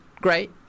great